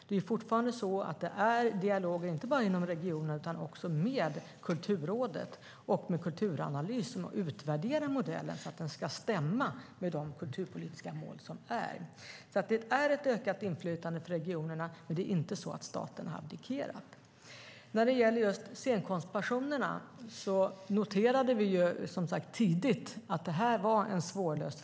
Det förs fortfarande dialoger inte bara inom regionerna utan också med Kulturrådet och Kulturanalys, som utvärderar modellen så att den ska stämma med de kulturpolitiska mål som finns. Det finns ett ökat inflytande för regionerna, men det är inte så att staten har abdikerat. Vi noterade tidigt att frågan om scenkonstpensionerna var svårlöst.